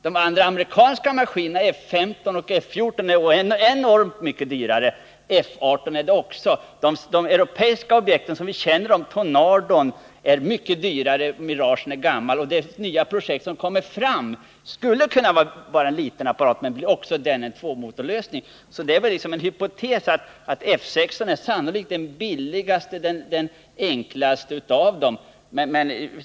De andra amerikanska maskinerna — F 15 och F 14 — är mycket dyrare. F 18 är också dyrare. När det gäller de europeiska objekten är Tornado mycket dyrare och Mirage är gammal. De nya projekt som kommer fram i Europa skulle kunna gälla en liten maskin, men också där är det nu uppenbart fråga om en tvåmotorslösning. F 16 är alltså sannolikt den billigaste och enklaste av tänkbara alternativ.